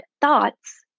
thoughts